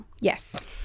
Yes